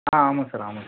ஆ ஆமாம் சார் ஆமாம் சார்